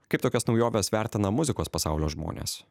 kaip tokias naujoves vertina muzikos pasaulio žmonės